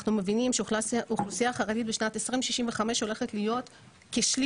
אנחנו מבינים שהאוכלוסייה החרדית בשנת 2065 הולכת להיות כשליש